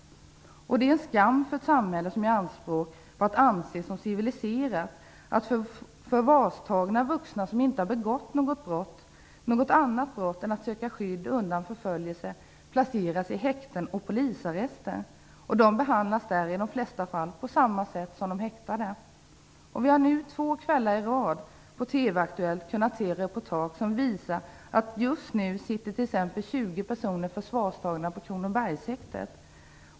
Det är en skam för ett samhälle som gör anspråk på att vara civiliserat att iförvartagna vuxna som inte har begått något annat brott än att söka skydd undan förföljelse placeras i häkten och polisarrester, där de i de flesta fall behandlas på samma sätt som de häktade. Vi har nu två kvällar i rad på TV:s Aktuellt kunnat se reportage som visar att just nu sitter 20 personer som tagits i förvar på Kronobergshäktet.